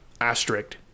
asterisk